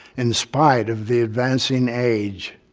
in spite of the advancing age.